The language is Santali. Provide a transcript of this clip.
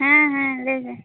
ᱦᱮᱸᱦᱮᱸ ᱞᱟᱹᱭᱵᱮᱱ